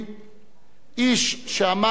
איש שאמר מעט